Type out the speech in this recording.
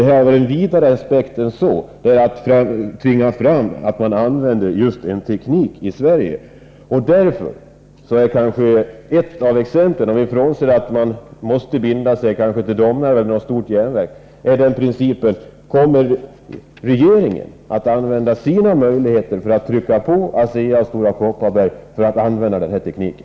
Det här har en vidare aspekt: att framtvinga användningen av en särskild teknik i Sverige. Om vi bortser från att man kanske måste binda sig för Domnarvet, som har ett stort järnverk, är principfrågan: Kommer regeringen att använda sina möjligheter att trycka på ASEA och Stora Kopparberg så att de använder den här tekniken?